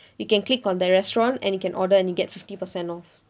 you can click on the restaurant and you can order and you get fifty percent off